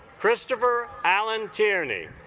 christopher alan tierney